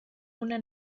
una